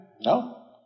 No